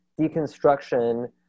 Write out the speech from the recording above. deconstruction